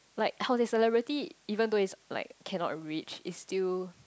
like how to say celebrity even though is like cannot reach is still